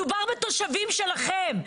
מדובר בתושבים שלכם.